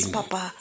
Papa